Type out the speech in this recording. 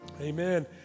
Amen